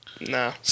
No